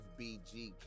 FBG